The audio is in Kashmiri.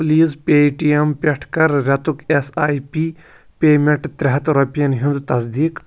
پلیٖز پے ٹی اٮ۪م پٮ۪ٹھ کَر رٮ۪تُک اٮ۪س آی پی پیمٮ۪نٹ ترٛےٚ ہتھ رۄپیَن ہِنٛز تصدیٖق